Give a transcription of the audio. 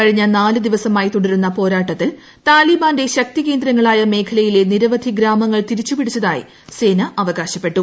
കുഴിഞ്ഞ് നാല് ദിവസമായി തുടരുന്ന പോരാട്ടത്തിൽ താല്പിബ്ട്എന്റ് ശക്തി കേന്ദ്രങ്ങളായ മേഖലയിലെ നിരവധി ഗ്രാമങ്ങൾ ്തിരിച്ചു പിടിച്ചതായി സേന അവകാശപ്പെട്ടു